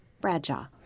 Bradshaw